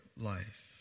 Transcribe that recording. life